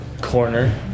Corner